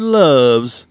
loves